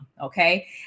Okay